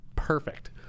perfect